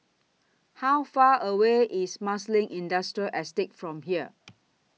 How Far away IS Marsiling Industrial Estate from here